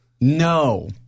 No